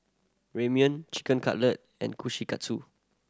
Ramyeon Chicken Cutlet and Kushikatsu